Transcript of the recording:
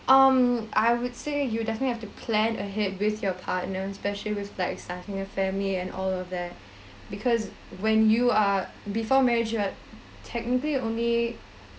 um I would say you definitely have to plan ahead with your partner especially with like starting a family and all of that because when you are before marriage you are technically only